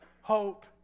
Hope